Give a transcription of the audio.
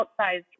outsized